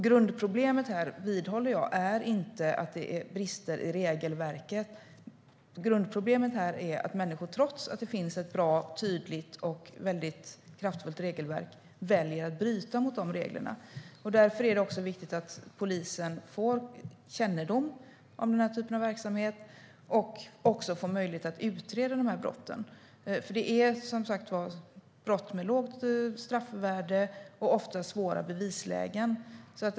Grundproblemet här, vidhåller jag, är inte att det är brister i regelverket. Grundproblemet är att människor, trots att det finns ett bra, tydligt och väldigt kraftfullt regelverk väljer att bryta mot dessa regler. Därför är det också viktigt att polisen får kännedom om den här typen av verksamhet och också får möjlighet att utreda dessa brott. Det är som sagt var brott med lågt straffvärde och ofta svåra bevislägen.